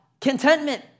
contentment